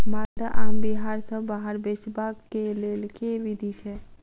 माल्दह आम बिहार सऽ बाहर बेचबाक केँ लेल केँ विधि छैय?